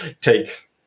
take